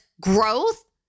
growth